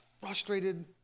frustrated